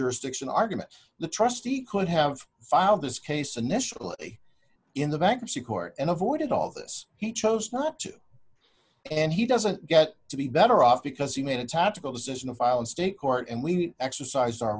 jurisdiction argument the trustee could have filed this case initially in the bankruptcy court and avoided all this he chose not to and he doesn't get to be better off because he made a tactical decision to file in state court and we exercise our